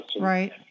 Right